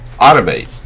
automate